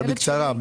בקצרה.